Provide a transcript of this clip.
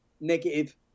negative